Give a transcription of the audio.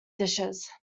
dishes